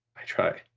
i try.